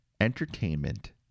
entertainment